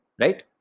right